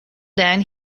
then